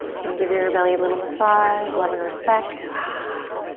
can give your your belly a little massage, love and respect. ah